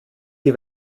die